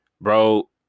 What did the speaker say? bro